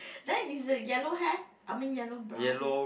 then is a yellow hair I mean yellow brown hair